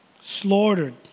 slaughtered